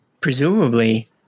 Presumably